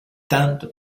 tanto